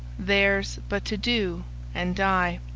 theirs but to do and die,